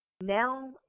now